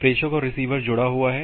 प्रेषक और रिसीवर जुड़ा हुआ है